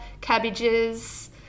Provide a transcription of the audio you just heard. cabbages